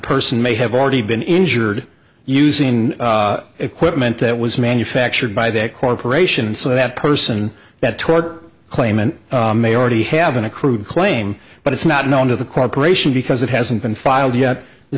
person may have already been injured using equipment that was manufactured by that corporation and so that person that tort claimant may already have an accrued claim but it's not known to the corporation because it hasn't been filed yet the